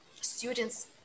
students